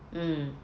mm